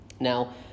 Now